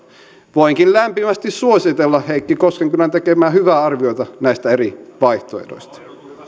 voinkin lämpimästi suositella heikki koskenkylän tekemää hyvää arviota näistä eri vaihtoehdoista